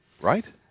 right